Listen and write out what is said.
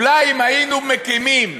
אולי אם היינו מקימים